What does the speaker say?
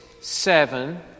seven